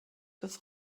des